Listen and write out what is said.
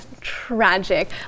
tragic